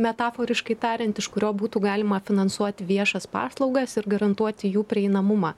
metaforiškai tariant iš kurio būtų galima finansuoti viešas paslaugas ir garantuoti jų prieinamumą